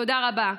תודה רבה.